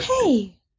Hey